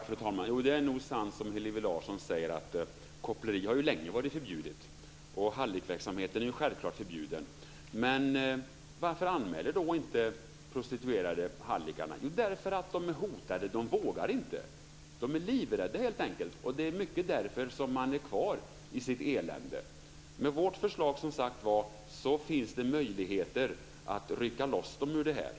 Fru talman! Det är nog sant som Hillevi Larsson säger. Koppleri har ju länge varit förbjudet, och hallickverksamheten är självklart förbjuden. Men varför anmäler då inte prostituerade hallickarna? Jo, det beror på att de är hotade och på att de inte vågar. De är livrädda, helt enkelt. Det är mycket därför de är kvar i sitt elände. Med vårt förslag finns det som sagt möjligheter att rycka loss dem ur detta.